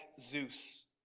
Zeus